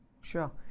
sure